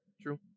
true